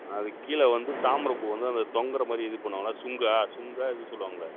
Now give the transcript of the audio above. அதுக்கு கீழே வந்து தாமரைப்பூ வந்து அந்த தொங்கிற மாதிரி இது பண்ணுவாங்கள்ல சுங்கா சுங்கா ஏதோ சொல்லுவாங்களே